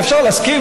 אפשר להסכים,